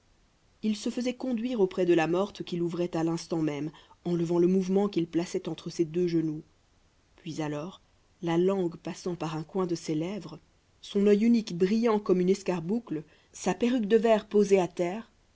il se faisait conduire auprès de la morte qu'il ouvrait à l'instant même enlevant le mouvement qu'il plaçait entre ses deux genoux puis alors la langue passant par un coin de ses lèvres son œil unique brillant comme une escarboucle sa perruque de verre posée à terre